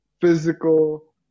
physical